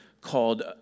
called